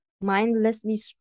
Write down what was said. mindlessly